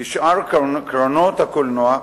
כשאר קרנות הקולנוע,